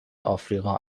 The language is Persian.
آفریقا